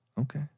Okay